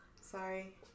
Sorry